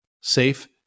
safe